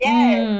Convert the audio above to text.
Yes